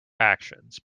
actions